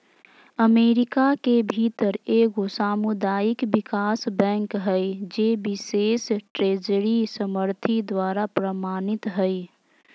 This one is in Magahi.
अमेरिका के भीतर एगो सामुदायिक विकास बैंक हइ जे बिशेष ट्रेजरी समर्थित द्वारा प्रमाणित हइ